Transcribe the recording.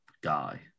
guy